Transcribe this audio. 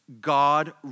God